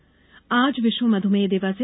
मधुमेह आज विश्व मधुमेह दिवस है